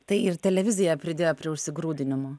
tai ir televizija pridėjo prie užsigrūdinimo